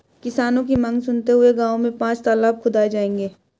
किसानों की मांग सुनते हुए गांव में पांच तलाब खुदाऐ जाएंगे